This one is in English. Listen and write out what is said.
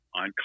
on